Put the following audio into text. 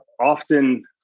often